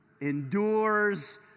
endures